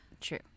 True